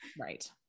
Right